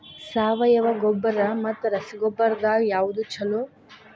ಸಾವಯವ ಗೊಬ್ಬರ ಮತ್ತ ರಸಗೊಬ್ಬರದಾಗ ಯಾವದು ಛಲೋ?